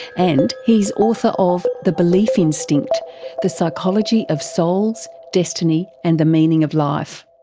and he's author of the belief instinct the psychology of souls, destiny, and the meaning of life.